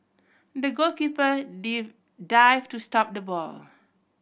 the goalkeeper dived to stop the ball